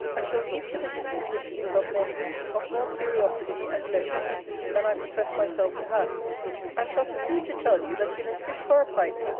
i shall leave to the disquisitions of men of more curiosity and leisure than i profess myself to have and shall proceed to tell you, that you may fish for a pike,